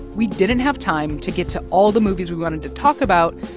we didn't have time to get to all the movies we wanted to talk about,